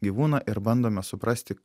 gyvūną ir bandome suprasti